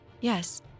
Yes